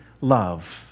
love